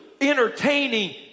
entertaining